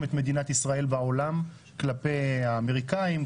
את מדינת ישראל בעולם כלפי האמריקאים,